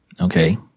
Okay